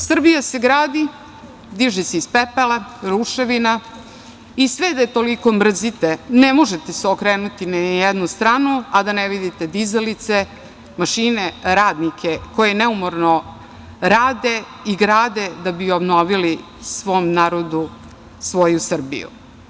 Srbija se gradi, diže se iz pepela, ruševina i sve da je toliko mrzite ne možete se okrenuti ni na jednu stranu, a da ne vidite dizalice, mašine, radnike koji neumorno rade i grade da bi obnovili svom narodu svoju Srbiju.